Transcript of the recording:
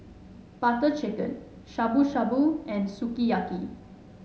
Butter Chicken Shabu Shabu and Sukiyaki